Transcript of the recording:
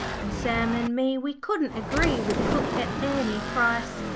and sam and me we couldn't agree with the cook at any price.